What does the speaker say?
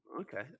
Okay